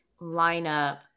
lineup